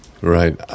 right